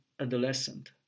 adolescent